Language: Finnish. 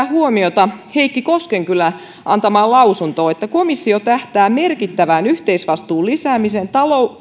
huomiota heikki koskenkylän antamaan lausuntoon että komissio tähtää merkittävään yhteisvastuun lisäämiseen